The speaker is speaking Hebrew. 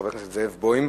של חבר הכנסת זאב בוים: